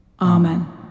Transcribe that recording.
Amen